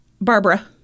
Barbara